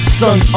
sun